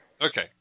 Okay